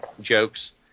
jokes